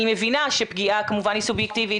אני מבינה שפגיעה כמובן הוא סובייקטיבית